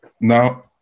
now